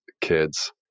kids